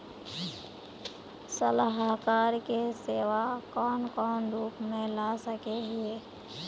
सलाहकार के सेवा कौन कौन रूप में ला सके हिये?